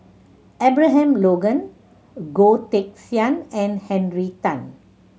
Abraham Logan Goh Teck Sian and Henry Tan